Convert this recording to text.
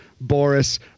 Boris